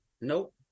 Nope